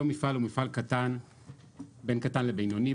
אותו מפעל הוא מפעל בין קטן לבינוני,